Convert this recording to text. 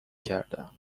کردم